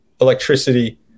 electricity